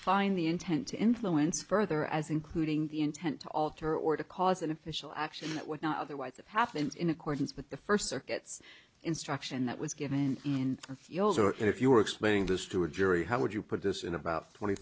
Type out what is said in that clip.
define the intent to influence further as including the intent to alter or to cause an official action that would not otherwise have happened in accordance with the first circuits instruction that was given in a few holes or if you were explaining this to a jury how would you put this in about twenty